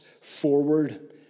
forward